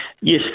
Yes